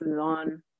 on